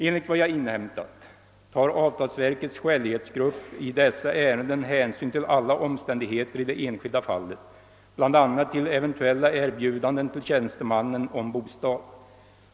Enligt vad jag inhämtat tar avtalsverkets skälighetsgrupp i dessa ärenden hänsyn till alla omständigheter i det enskilda fallet, bl.a. till eventuella erbjudanden till tjänstemannen om bostad.